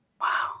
Wow